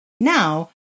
Now